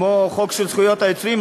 כמו החוק של זכויות היוצרים,